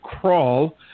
crawl